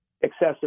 excessive